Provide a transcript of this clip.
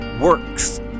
works